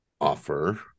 offer